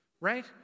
right